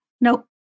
Nope